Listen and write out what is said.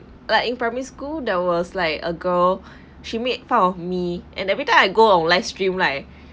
like in primary school there was like a girl she made fun of me and every time I go on streamline